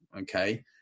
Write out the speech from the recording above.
okay